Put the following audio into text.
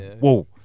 whoa